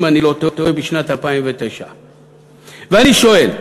אם אני לא טועה, בשנת 2009. ואני שואל: